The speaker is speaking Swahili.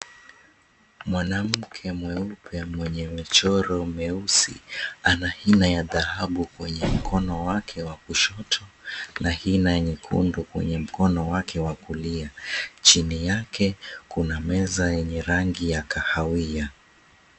Mwanamke mweupe mwenye michoro myeusi, ana hina ya dhahabu kwenye mkono wake wa kushoto, na hina nyekundu kwenye mkono wake wa kulia. Chini yake kuna meza yenye rangi ya kahawia.